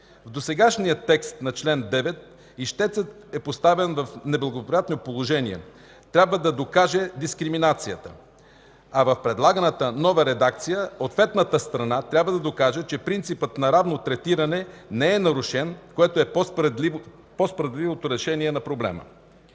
В досегашния текст на чл. 9 ищецът е поставен в неблагоприятно положение – трябва да докаже дискриминацията, а в предлаганата нова редакция – ответната страна трябва да докаже, че принципът на равно третиране не е нарушен, което е по-справедливото решение на проблема.